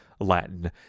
Latin